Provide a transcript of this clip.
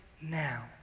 now